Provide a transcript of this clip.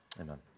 Amen